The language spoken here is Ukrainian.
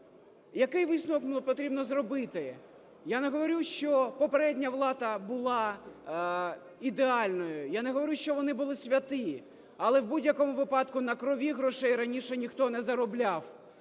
Який висновок потрібно зробити? Я не говорю, що попередня влада була ідеальною, я не говорю, що вони були святі, але в будь-якому випадку на крові грошей раніше ніхто не заробляв.